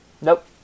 Nope